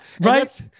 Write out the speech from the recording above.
right